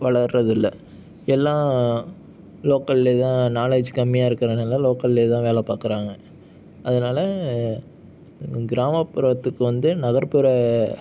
வளர்கிறது இல்லை எல்லாம் லோக்கலிலே தான் நாலேஜ் கம்மியாக இருக்கிறனால லோக்கலிலேதான் வேலை பார்க்குறாங்க அதனால் கிராமப்புறத்துக்கு வந்து நகர்புற